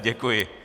Děkuji.